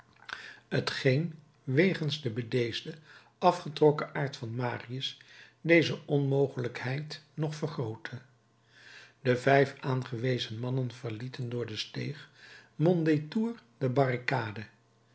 t geen wegens den bedeesden afgetrokken aard van marius deze onmogelijkheid nog vergrootte de vijf aangewezen mannen verlieten door de steeg mondétour de barricade